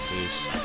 Peace